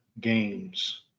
games